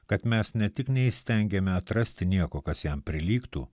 kad mes ne tik neįstengiame atrasti nieko kas jam prilygtų